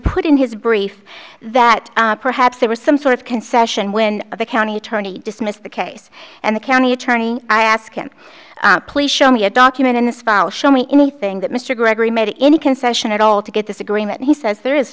put in his brief that perhaps there was some sort of concession when the county attorney dismissed the yes and the county attorney i ask him please show me a document in this file show me anything that mr gregory made any concession at all to get this agreement he says there is